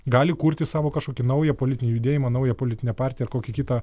gali kurti savo kažkokį naują politinį judėjimą naują politinę partiją ar kokį kitą